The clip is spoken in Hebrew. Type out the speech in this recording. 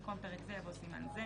במקום "פרק זה" יבוא "סימן זה".